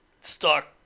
stuck